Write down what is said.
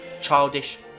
childish